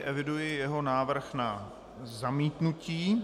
Eviduji jeho návrh na zamítnutí.